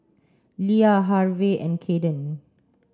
Lia Harve and Caden